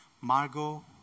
Margot